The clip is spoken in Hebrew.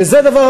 וזה דבר,